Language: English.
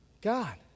God